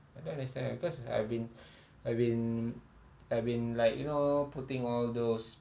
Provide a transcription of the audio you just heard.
I don't understand because I've been I've been I've been like you know putting all those